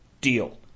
deal